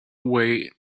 away